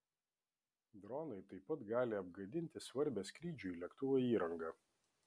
dronai taip pat gali apgadinti svarbią skrydžiui lėktuvo įrangą